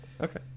okay